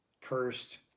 Cursed